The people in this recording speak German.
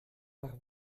nach